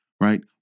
right